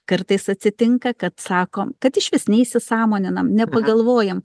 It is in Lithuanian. kartais atsitinka kad sako kad išvis neįsisąmoninam nepagalvojam